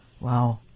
Wow